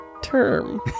term